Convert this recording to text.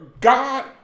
God